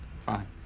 Fine